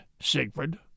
Siegfried